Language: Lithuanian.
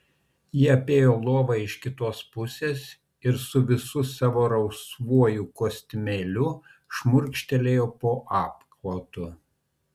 ji apėjo lovą iš kitos pusės ir su visu savo rausvuoju kostiumėliu šmurkštelėjo po apklotu